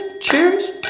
Cheers